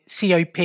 COP